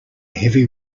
heavy